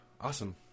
awesome